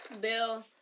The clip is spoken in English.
bill